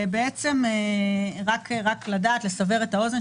רק לסבר את האוזן,